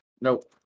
Nope